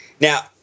Now